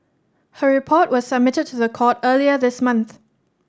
her report was submitted to the court earlier this month